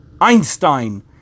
Einstein